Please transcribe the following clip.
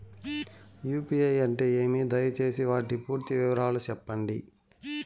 UPI అంటే ఏమి? దయసేసి వాటి పూర్తి వివరాలు సెప్పండి?